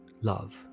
love